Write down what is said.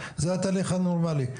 ההפקדה, זה התהליך הנורמלי.